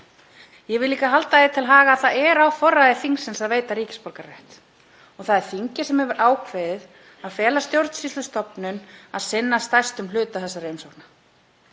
Ég vil líka halda því til haga að það er á forræði þingsins að veita ríkisborgararétt. Það er þingið sem hefur ákveðið að fela stjórnsýslustofnun að sinna stærstum hluta þessara umsókna.